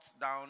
down